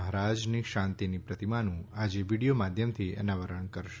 મહારાજની શાંતીની પ્રતિમાનું આજે વીડિયો માધ્યમથી અનાવરણ કરશે